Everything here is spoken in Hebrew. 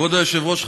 כבוד היושב-ראש,